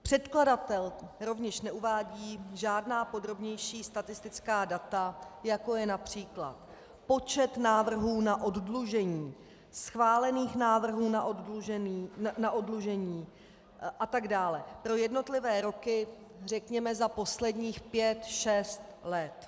Předkladatel rovněž neuvádí žádná podrobnější statistická data, jako je například počet návrhů na oddlužení, schválených návrhů na oddlužení a tak dále pro jednotlivé roky řekněme za posledních pět, šest let.